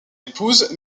épouse